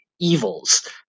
evils